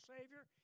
Savior